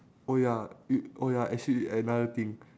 oh ya it oh ya actually another thing